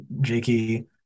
Jakey